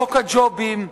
חוק הג'ובים,